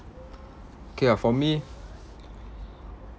okay ah for me